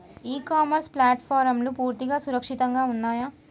ఇ commerce ప్లాట్ఫారమ్లు పూర్తిగా సురక్షితంగా ఉన్నయా?